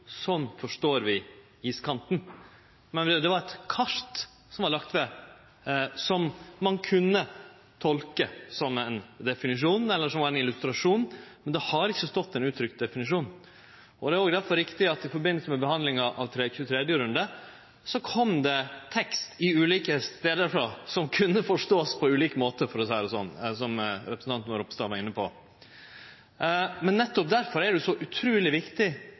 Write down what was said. Sånn forstår vi iskanten. Det var eit kart som var lagt ved som ein kunne tolke som ein definisjon eller som ein illustrasjon, men det har ikkje stått ein uttrykt definisjon. Det er derfor også riktig at i samband med behandlinga av 23. runde kom det tekst frå ulike stader som ein kunne forstå på ulik måte – for å seie det sånn – som representanten Ropstad var inne på. Men nettopp derfor er det så utruleg viktig